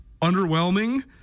underwhelming